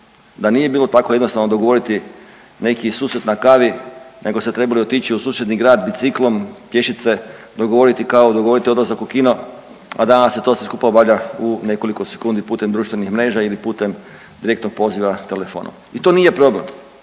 Da nije bilo tako jednostavno dogovoriti neki susret na kavi, nego ste trebali otići u susjedni grad biciklom, pješice, dogovoriti kavu, dogovoriti odlazak u kino, a danas se sve to skupa obavlja u nekoliko sekundi putem društvenih mreža ili putem direktnog poziva telefonom. I to nije problem,